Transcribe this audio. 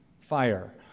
fire